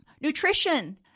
Nutrition